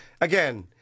again